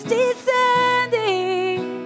descending